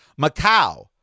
Macau